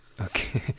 okay